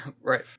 Right